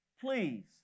please